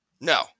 No